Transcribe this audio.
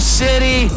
city